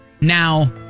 now